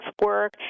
work